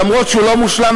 למרות שהוא לא מושלם,